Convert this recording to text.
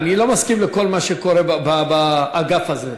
אני לא מסכים לכל מה שקורה באגף הזה.